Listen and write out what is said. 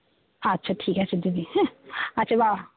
আচ্ছা ঠিক আছে দিদি হ্যাঁ আচ্ছা